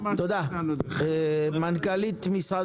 תודה, מנכ"לית משרד